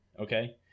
okay